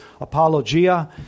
apologia